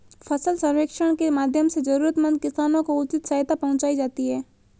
फसल सर्वेक्षण के माध्यम से जरूरतमंद किसानों को उचित सहायता पहुंचायी जाती है